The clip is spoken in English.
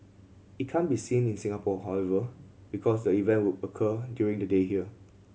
it can't be seen in Singapore however because the event will occur during the day here